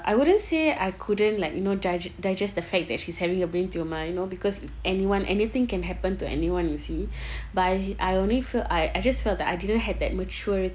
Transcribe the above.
I wouldn't say I couldn't like you know dig~ digest the fact that she's having a brain tumor you know because anyone anything can happen to anyone you see but I only feel I I just felt that I didn't have that maturity